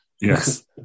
Yes